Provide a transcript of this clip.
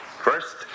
First